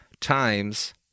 times